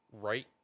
right